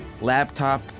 laptop